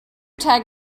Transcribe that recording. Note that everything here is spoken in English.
tag